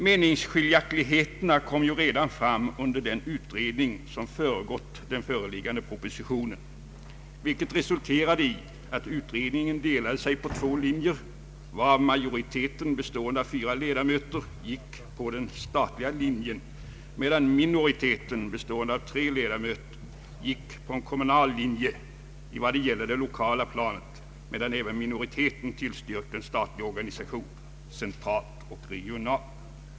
Meningsskiljaktigheterna kom ju fram redan under den utredning, som föregått den föreliggande propositionen, vilket resulterade i att utredningen delade sig på två linjer. Majoriteten, bestående av fyra ledamöter, gick på den statliga linjen, medan minoriteten, bestående av tre ledamöter, gick på en kommunal linje vad det gäller det 1okala planet men tillstyrkte en statlig organisation centralt och regionalt.